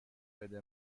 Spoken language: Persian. بده